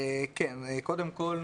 קודם כול,